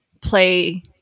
play